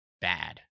bad